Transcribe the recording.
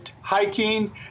hiking